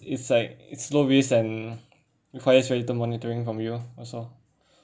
it's like it's low risk and requires very little monitoring from you also